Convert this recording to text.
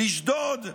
לשדוד,